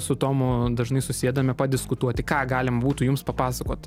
su tomu dažnai susėdame padiskutuoti ką galim būtų jums papasakot